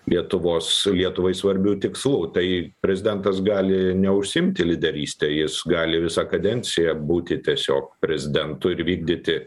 lietuvos lietuvai svarbiu tikslu tai prezidentas gali neužsiimti lyderyste jis gali visą kadenciją būti tiesiog prezidentu ir vykdyti